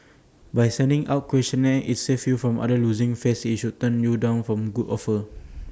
by sending out questionnaire IT saves you from other losing face if she should turn your down from good offer